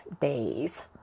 days